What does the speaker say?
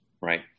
right